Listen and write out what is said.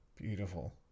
Beautiful